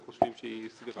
אנחנו חושבים שהיא סבירה.